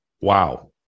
wow